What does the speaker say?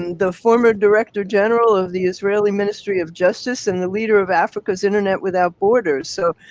and the former director general of the israeli ministry of justice, and the leader of africa's internet without borders. so,